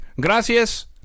Gracias